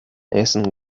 essen